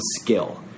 skill